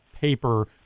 paper